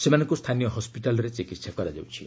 ସେମାନଙ୍କୁ ସ୍ଥାନୀୟ ହସ୍କିଟାଲରେ ଚିକିତ୍ସା କରାଯାଉଛି